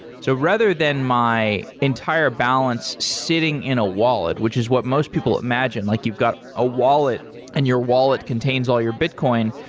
so rather than my entire balance sitting in a wallet, which is what most people imagine, like you've got a wallet and your wallet contains all your bitcoin,